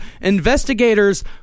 investigators